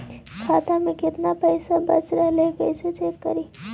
खाता में केतना पैसा बच रहले हे कैसे चेक करी?